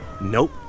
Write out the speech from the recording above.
Nope